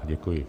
Děkuji.